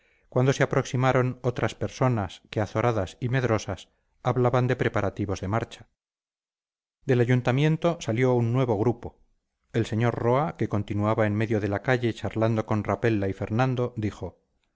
cuando se aproximaron otras personas que azoradas y medrosas hablaban de preparativos de marcha del ayuntamiento salió un nuevo grupo el sr roa que continuaba en medio de la calle charlando con rapella y fernando dijo